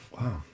Wow